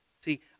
See